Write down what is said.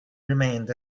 remained